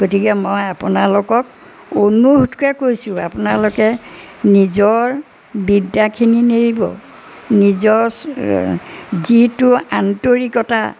গতিকে মই আপোনালোকক অনুৰোধকৈ কৈছোঁ আপোনালোকে নিজৰ বিদ্যাখিনি নেৰিব নিজৰ যিটো আন্তৰিকতা